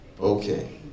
okay